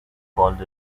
called